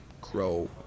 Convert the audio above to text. grow